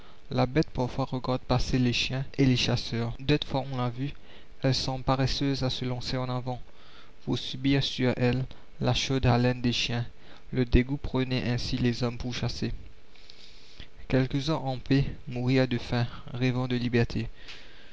la bête parfois regarde passer les chiens et les la commune chasseurs d'autres fois on l'a vue elle semble paresseuse à se lancer en avant pour subir sur elle la chaude haleine des chiens le dégoût prenait ainsi les hommes pourchassés quelques-uns en paix moururent de faim rêvant de liberté